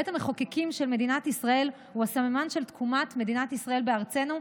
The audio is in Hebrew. בית המחוקקים של מדינת ישראל הוא הסממן של תקומת מדינת ישראל בארצנו,